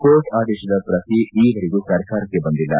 court ಆದೇಶದ ಪ್ರತಿ ಈವರೆಗೂ ಸರ್ಕಾರಕ್ಕೆ ಬಂದಿಲ್ಲ